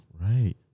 Right